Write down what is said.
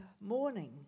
morning